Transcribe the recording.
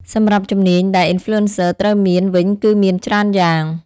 សម្រាប់ជំនាញដែល Influencer ត្រូវមានវិញគឺមានច្រើនយ៉ាង។